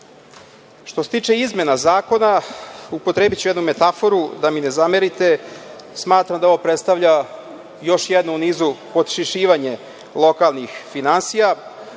se tiče izmena zakona, upotrebiću jednu metaforu, da mi ne zamerite, smatram da ovo predstavlja još jednu u nizu podšišavanja lokalnih finansija.